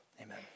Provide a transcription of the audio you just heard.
Amen